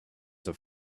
have